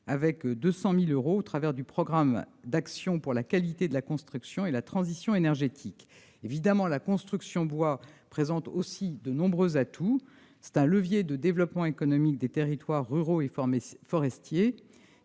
ainsi, 200 000 euros sont prévus dans le programme d'action pour la qualité de la construction et la transition énergétique. La construction en bois présente aussi de nombreux atouts : c'est un levier de développement économique des territoires ruraux et forestiers